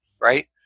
right